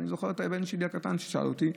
אני זוכר שהבן שלי הקטן שאל אותי,